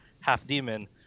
half-demon